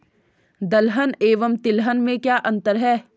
दलहन एवं तिलहन में क्या अंतर है?